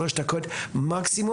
שלוש דקות מקסימום,